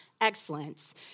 excellence